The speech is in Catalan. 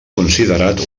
considerat